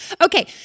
Okay